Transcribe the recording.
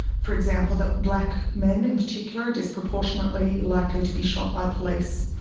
for example, that black men in particular are disproportionately likely to be shot by police.